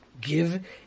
give